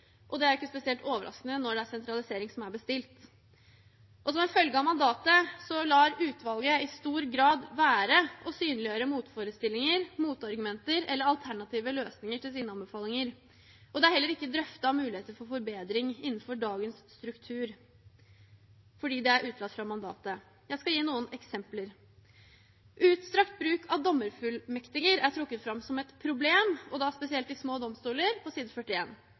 og det er ikke spesielt overraskende når det er sentralisering som er bestilt. Og som en følge av mandatet lar utvalget i stor grad være å synliggjøre motforestillinger, motargumenter eller alternative løsninger til sine anbefalinger. Det er heller ikke drøftet muligheter for forbedring innenfor dagens struktur, fordi det er utelatt fra mandatet. Jeg skal gi noen eksempler. Utstrakt bruk av dommerfullmektiger er trukket fram som et problem, og da spesielt i små domstoler – på side